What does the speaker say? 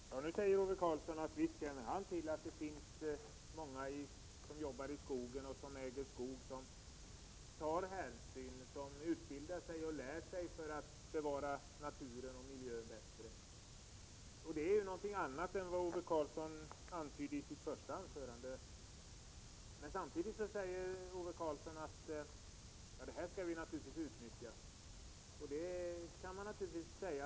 Herr talman! Nu säger Ove Karlsson att han visst känner till att det finns många som jobbar i skogen eller äger skog och som tar hänsyn, utbildar sig och lär sig för att bevara naturen och miljön bättre. Det är något annat än vad Ove Karlsson antydde i sitt första anförande. Samtidigt säger Ove Karlsson att vi naturligtvis skall utnyttja detta. Så kan man naturligtvis säga.